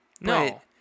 no